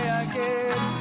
again